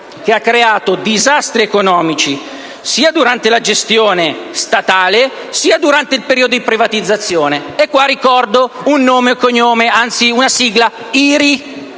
che ha creato disastri economici sia durante la gestione statale sia nel periodo di privatizzazione, e qui ricordo un nome e cognome, anzi, una sigla: IRI.